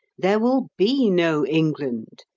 there will be no england!